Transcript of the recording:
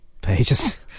pages